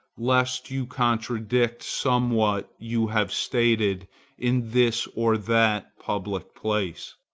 lest you contradict somewhat you have stated in this or that public place?